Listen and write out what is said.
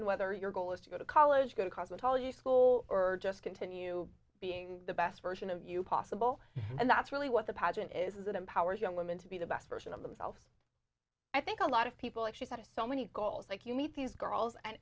whether your goal is to go to college go to cosmetology school or just continue being the best version of you possible and that's really what the pageant is that empowers young women to be the best version of themselves i think a lot of people actually have so many goals like you meet these girls and